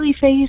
face